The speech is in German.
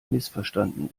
missverstanden